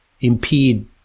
impede